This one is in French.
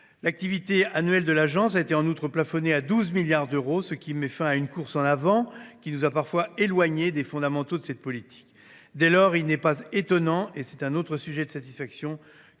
L’activité annuelle de l’Agence a en outre été plafonnée à 12 milliards d’euros, ce qui met fin à une course en avant qui nous a parfois éloignés des fondamentaux de cette politique. Dès lors, il n’est pas étonnant, et c’est un autre sujet de satisfaction,